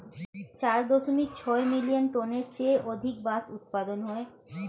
চার দশমিক ছয় মিলিয়ন টনের চেয়ে অধিক বাঁশ উৎপাদন হয়